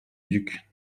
duc